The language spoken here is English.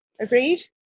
Agreed